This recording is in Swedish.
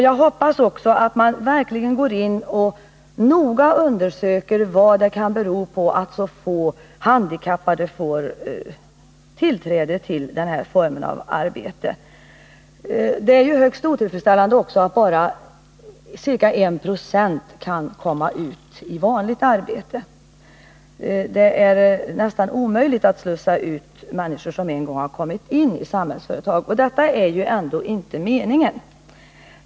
Jag hoppas också att man verkligen går in och noga undersöker vad det kan bero på att så få handikappade får tillträde till denna form av arbete. Det är också högst otillfredsställande att bara ca 1 procent kan komma ut i vanligt arbete. Det är nästan omöjligt att slussa ut människor, som en gång kommit in i Samhällsföretag, och detta är ju inte meningen.